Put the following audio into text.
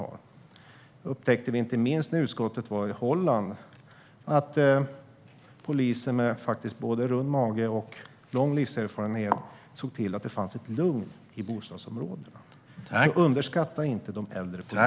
Det märkte vi inte minst när utskottet var i Holland - poliser med både rund mage och lång livserfarenhet såg till att det fanns ett lugn i bostadsområdena. Så underskatta inte de äldre poliserna!